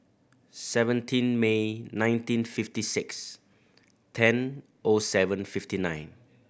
seventeen May nineteen fifty six ten O seven fifty nine